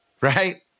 right